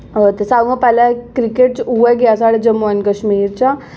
होर ते सारे कोला पैह्ले क्रिकेट च उ'ऐ गेआ साढ़े जम्मू एंड कश्मीर चा